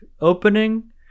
opening